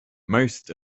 most